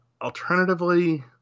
alternatively